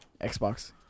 Xbox